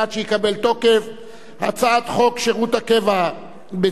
הצעת חוק שירות הקבע בצבא-הגנה לישראל (גמלאות)